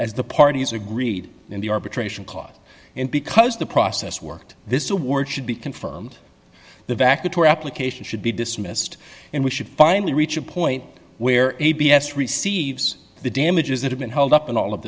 as the parties agreed in the arbitration clause and because the process worked this award should be confirmed the vaca two applications should be dismissed and we should finally reach a point where a b s receives the damages that have been holed up in all of